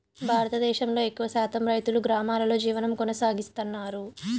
భారతదేశంలో ఎక్కువ శాతం రైతులు గ్రామాలలో జీవనం కొనసాగిస్తన్నారు